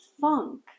funk